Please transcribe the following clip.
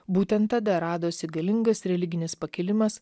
būtent tada radosi galingas religinis pakilimas